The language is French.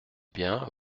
bien